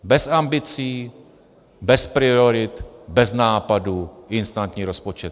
Bez ambicí, bez priorit, bez nápadu, instantní rozpočet.